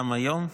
גם היום.